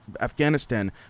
Afghanistan